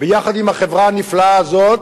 ביחד עם החברה הנפלאה הזאת,